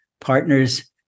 partners